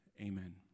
amen